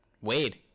Wade